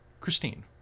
Christine